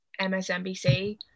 MSNBC